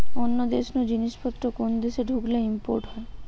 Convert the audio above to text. অন্য দেশ নু জিনিস পত্র কোন দেশে ঢুকলে ইম্পোর্ট হয়